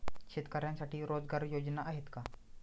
शेतकऱ्यांसाठी रोजगार योजना आहेत का?